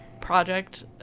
project